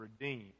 redeemed